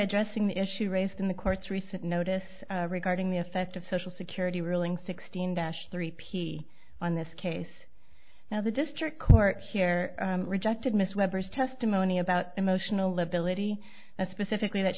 addressing the issue raised in the court's recent notice regarding the effect of social security ruling sixteen dash three p on this case now the district court here rejected miss webber's testimony about emotional lability and specifically that